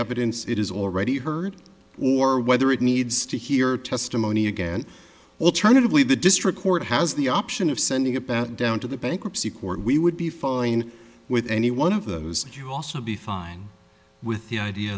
evidence it is already heard or whether it needs to hear testimony again alternatively the district court has the option of sending a pat down to the bankruptcy court we would be fine with any one of those and you'll also be fine with the idea